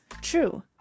true